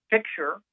picture